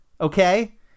Okay